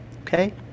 Okay